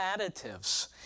additives